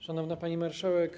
Szanowna Pani Marszałek!